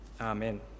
Amen